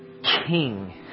king